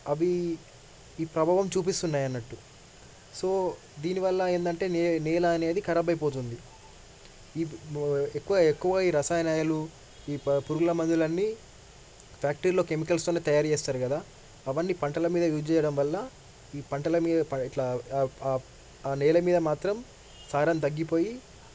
అవి ఈ ప్రభావం చూపిస్తున్నాయన్నట్టు సో దీనివల్ల ఏందంటే నేల నేల అనేది ఖరాబ్ అయిపోతుంది ఈ ఎక్కువ ఎక్కువ ఈ రసాయనాలు ఈ పురుగుల మందులు అన్ని ఫ్యాక్టరీలో కెమికల్స్ వల్ల తయారు చేస్తారు కదా అవన్నీ పంటల మీద యూస్ చేయడం వల్ల ఈ పంటల మీద ఇట్లా ఆ ఆ నేల మీద మాత్రం సారం తగ్గిపోయి